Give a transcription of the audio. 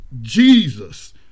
Jesus